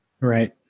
Right